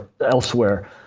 elsewhere